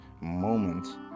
moment